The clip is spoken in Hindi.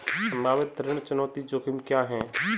संभावित ऋण चुकौती जोखिम क्या हैं?